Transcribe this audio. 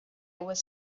was